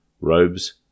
robes